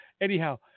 Anyhow